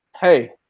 hey